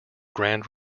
grand